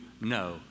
No